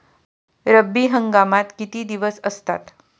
रब्बी हंगामात किती दिवस असतात?